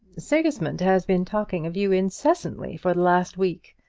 sigismund has been talking of you incessantly for the last week.